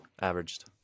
averaged